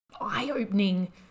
eye-opening